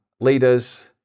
leaders